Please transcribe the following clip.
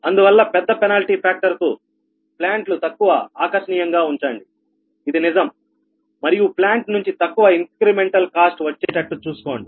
అందువల్ల పెద్ద penalty factor కు ప్లాంట్ను తక్కువ ఆకర్షనీయం గా ఉంచండి ఇది నిజం మరియు ప్లాంట్ నుంచి తక్కువ ఇంక్రిమెంటల్ కాస్ట్ వచ్చేటట్టు చూసుకోండి